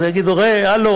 יגידו: הלו,